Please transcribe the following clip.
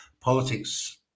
Politics